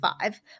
Five